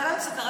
בבקשה.